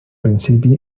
principi